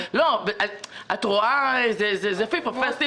את רואה אחרון נכנס ראשון